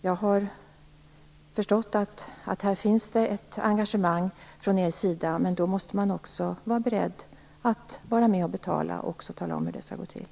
Jag har förstått att det finns ett engagemang från er sida i detta, men då måste ni också vara beredda att vara med och betala och tala om hur det skall gå till.